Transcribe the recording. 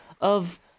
of-